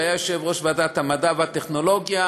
שהיה יושב-ראש ועדת המדע והטכנולוגיה,